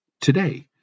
today